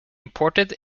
imported